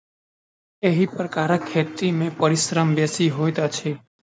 एहि प्रकारक खेती मे परिश्रम बेसी होइत छै